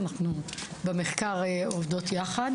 אנחנו עובדות ביחד במחקר.